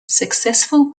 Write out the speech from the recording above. successful